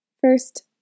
First